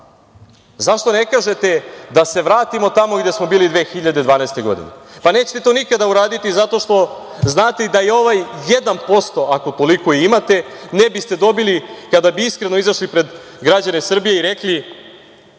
zašto ne kažete - da se vratimo tamo gde smo bili 2012. godine? Pa, nećete to nikada uraditi zato što znate da i ovaj 1%, ako toliko i imate, ne biste dobili kada bi iskreno izašli pred građane Srbije i rekli